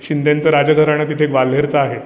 शिंदेंचं राजघराणं तिथे ग्वाल्हेरचं आहे